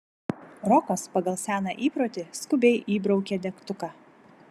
rokas pagal seną įprotį skubiai įbraukė degtuką